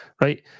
right